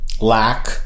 lack